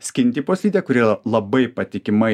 skin tipo slidė kuri yra labai patikimai